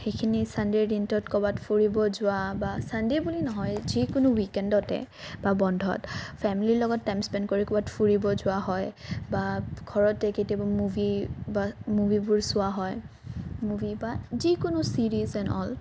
সেইখিনি ছানডে'ৰ দিনটোত ক'ৰবাত ফুৰিব যোৱা বা ছানডে' বুলি নহয় যিকোনো ৱিকেণ্ডতে বা বন্ধত ফেমিলিৰ লগত টাইম স্পেন কৰি ক'ৰবাত ফুৰিব যোৱা হয় বা ঘৰতে কেতিয়াবা মুভি বা মুভিবোৰ চোৱা হয় মুভি বা যিকোনো ছিৰিজ এন অল